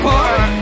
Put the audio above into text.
Park